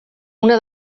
una